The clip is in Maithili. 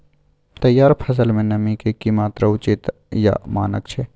तैयार फसल में नमी के की मात्रा उचित या मानक छै?